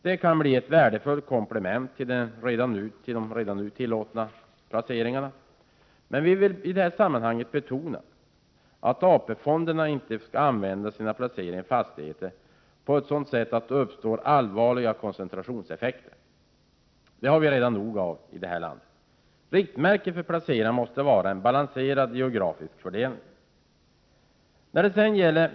Det kan bli ett värdefullt komplement till redan nu tillåtna placeringar. I det sammanhanget vill vi betona att AP-fonderna inte använder sina placeringar i fastigheter så att det uppstår allvarliga koncentrationseffekter. Det har vi redan nog av i det här landet. Riktmärket för placeringarna måste vara en balanserad geografisk fördelning.